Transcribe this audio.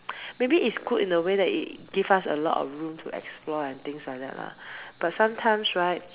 maybe is good in a way that it gives us a lot of room to explore and things like that lah but sometimes right